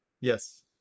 yes